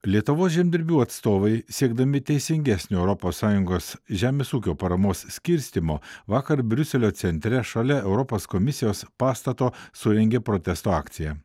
lietuvos žemdirbių atstovai siekdami teisingesnio europos sąjungos žemės ūkio paramos skirstymo vakar briuselio centre šalia europos komisijos pastato surengė protesto akciją